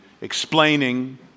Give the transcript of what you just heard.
explaining